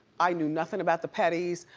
i knew nothing about the pettys,